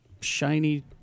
Shiny